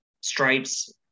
Stripes